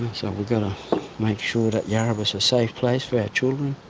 so we've got to make sure that yarrabah's a safe place for our children.